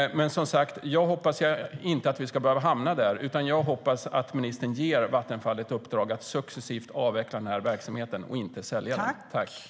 Jag hoppas dock att vi inte ska behöva hamna där utan att ministern ger Vattenfall ett uppdrag att successivt avveckla verksamheten och inte sälja den.